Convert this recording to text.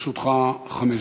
לרשותך חמש דקות.